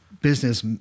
business